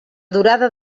durada